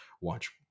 watch